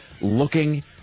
looking